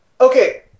Okay